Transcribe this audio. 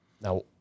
now